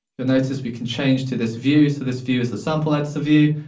you'll notice we can change to this view. so, this view is the sample editor view,